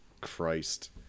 Christ